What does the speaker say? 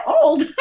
old